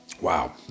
wow